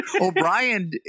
O'Brien